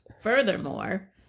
furthermore